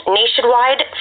nationwide